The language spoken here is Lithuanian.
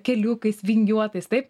keliukais vingiuotais taip